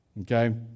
Okay